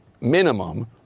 minimum